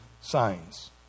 signs